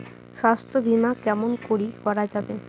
স্বাস্থ্য বিমা কেমন করি করা যাবে?